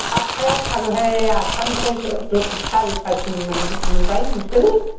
आदथायाव खारोहाय आदथानिफ्राय सारिथासिम मोनबाय नोंसोरो